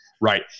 Right